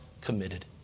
committed